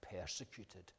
persecuted